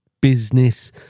business